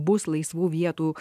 bus laisvų vietų